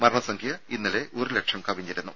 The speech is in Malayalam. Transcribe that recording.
മരണസംഖ്യ ഇന്നലെ ഒരു ലക്ഷം കവിഞ്ഞിരുന്നു